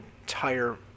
entire